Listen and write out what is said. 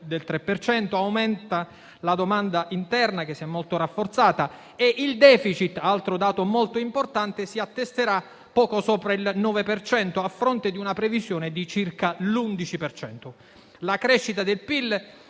cento; aumenta la domanda interna, che si è molto rafforzata, mentre il *deficit* - altro dato molto importante - si attesterà poco sopra il 9, a fronte di una previsione di circa l'11 per cento. La crescita del PIL